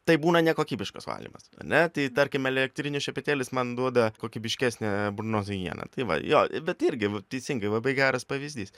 tai būna nekokybiškas valymas ane tai tarkim elektrinis šepetėlis man duoda kokybiškesnę burnos higieną tai va jo bet irgi teisingai labai geras pavyzdys